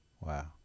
Wow